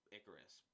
Icarus